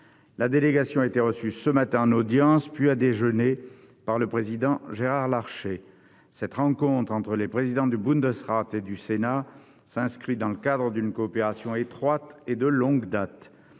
La délégation a été reçue ce matin en audience puis à déjeuner par le président Gérard Larcher. Cette rencontre entre les présidents du Bundesrat et du Sénat s'inscrit dans le cadre d'une coopération étroite et de longue date.